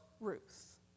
Ruth